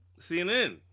CNN